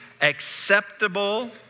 acceptable